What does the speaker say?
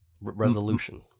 resolution